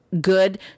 good